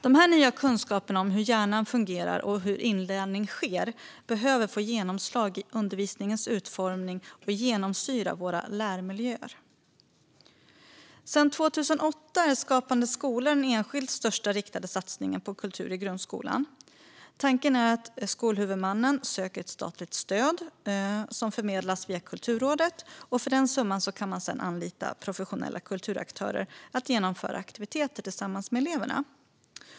De här nya kunskaperna om hur hjärnan fungerar och inlärning sker behöver få genomslag i undervisningens utformning och genomsyra våra lärmiljöer. Sedan 2008 är Skapande skola den enskilt största riktade satsningen på kultur i grundskolan. Tanken är att skolhuvudmannen söker ett statligt stöd som förmedlas via Kulturrådet, och för den summan kan man sedan anlita professionella kulturaktörer som ska genomföra aktiviteter tillsammans med eleverna.